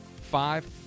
Five